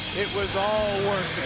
it was all worth